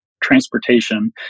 transportation